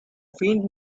faint